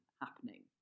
happening